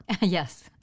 Yes